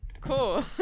cool